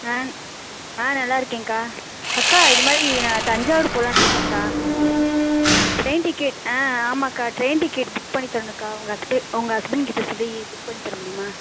ஆ ஆ நல்லாயிருக்கேன்க்கா அக்கா இது மாதிரி நான் தஞ்சாவூர் போகலான்னு இருக்கேன்க்கா ட்ரெயின் டிக்கெட் ஆ ஆமாக்கா ட்ரெயின் டிக்கெட் புக் பண்ணித் தரனும்க்கா உங்கள் ஹஸ்ப உங்கள் ஹஸ்பண்ட்கிட்ட சொல்லி புக் பண்ணி தர முடியுமா